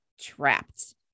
trapped